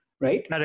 Right